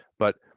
but